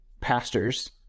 pastors